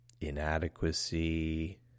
inadequacy